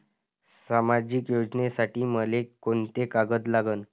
सामाजिक योजनेसाठी मले कोंते कागद लागन?